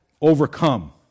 overcome